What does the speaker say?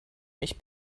mich